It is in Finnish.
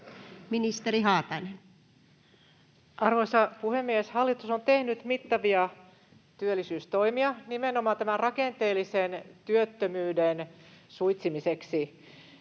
Ministeri Haatainen. Arvoisa puhemies! Hallitus on tehnyt mittavia työllisyystoimia nimenomaan rakenteellisen työttömyyden suitsimiseksi.